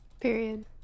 period